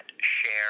share